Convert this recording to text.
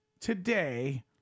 today